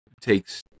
takes